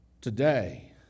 Today